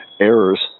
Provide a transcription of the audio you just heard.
errors